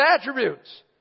attributes